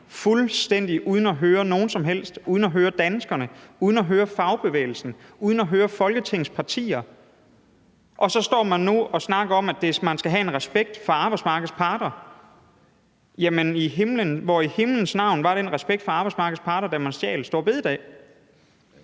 fuldstændig uden at høre nogen som helst, uden at høre danskerne, uden at høre fagbevægelsen eller uden at høre Folketingets partier, og så står man nu og snakker om, at man skal have en respekt for arbejdsmarkedets parter. Jamen hvor i himlens navn var den respekt for arbejdsmarkedets parter, da man stjal store bededag?